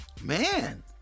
man